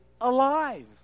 alive